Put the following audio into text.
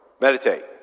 Meditate